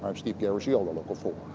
um steve garagiola, local four.